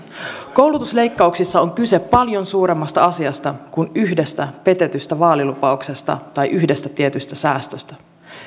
koulutusleikkauksissa on kyse paljon suuremmasta asiasta kuin yhdestä petetystä vaalilupauksesta tai yhdestä tietystä säästöstä